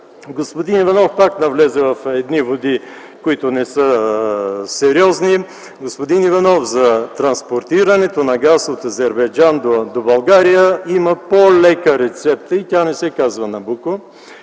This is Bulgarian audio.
Господин Иванов пак навлезе в едни води, които не са сериозни. Господин Иванов, за транспортирането на газ от Азербайджан до България има по-лека рецепта и тя не се казва „Набуко”.